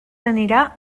anirà